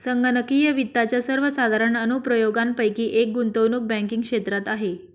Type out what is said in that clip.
संगणकीय वित्ताच्या सर्वसाधारण अनुप्रयोगांपैकी एक गुंतवणूक बँकिंग क्षेत्रात आहे